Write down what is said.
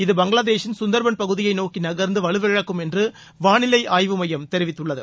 இது பங்களாதேஷின் சுந்தர்பன் பகுதியை நோக்கி நகர்ந்து வலுவிழக்கும் என்று வானிலை ஆய்வு மையம் தெரிவித்துள்ளது